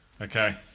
Okay